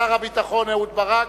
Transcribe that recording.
שר הביטחון אהוד ברק,